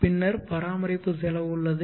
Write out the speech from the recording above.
பின்னர் பராமரிப்பு செலவு உள்ளது